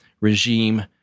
regime